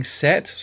set